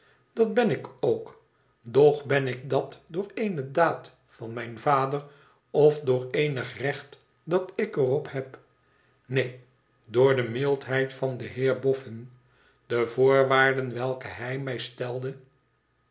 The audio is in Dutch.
dat ben ik ook doch ben ik dat door eene daad van mijn vader of door eenig recht dat ik er op heb neen door de mildheid van den heer boffln de voorwaarden welke hij mij stelde